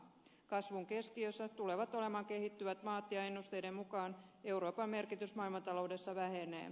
kasvun keskiössä tulevat olemaan kehittyvät maat ja ennusteiden mukaan euroopan merkitys maailmantaloudessa vähenee